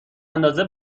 اندازه